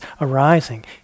arising